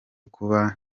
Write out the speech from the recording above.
kuba